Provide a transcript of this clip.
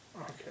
Okay